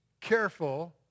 careful